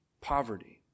poverty